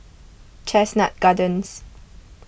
Chestnut Gardens